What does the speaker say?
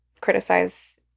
criticize